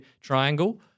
triangle